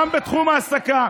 גם בתחום ההעסקה.